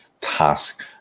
task